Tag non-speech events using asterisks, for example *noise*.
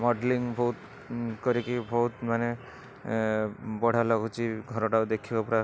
modelling ବହୁତ କରିକି ବହୁତ ମାନେ ବଢ଼ିଆ ଲାଗୁଛି ଘରଟାକୁ ଦେଖିବା *unintelligible*